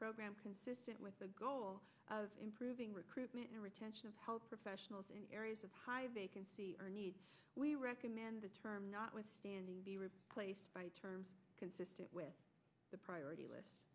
program consistent with the goal of improving recruitment and retention of health professionals in areas of high vacancy we recommend the term notwithstanding be replaced by the term consistent with the priority list